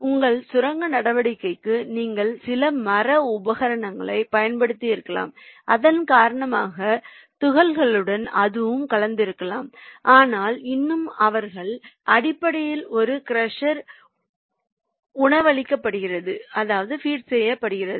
உங்கள் சுரங்க நடவடிக்கைக்கு நீங்கள் சில மர உபகரணங்களை பயன்படுத்தியிருக்கலாம் அதன் காரணமாக துகள்களுடன் அதுவும் கலந்திருக்கலாம் ஆனால் இன்னும் அவர்கள் அடிப்படையில் ஒரு க்ரஷர் உணவளிக்கப்படுகிறது